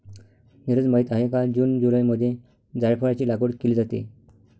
नीरज माहित आहे का जून जुलैमध्ये जायफळाची लागवड केली जाते